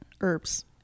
herbs